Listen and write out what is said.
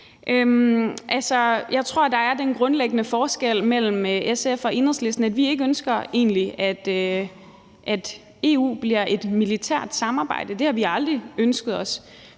Jeg tror, der er den grundlæggende forskel mellem SF og Enhedslisten, at vi egentlig ikke ønsker, at EU bliver et militært samarbejde. Det har vi aldrig ønsket os.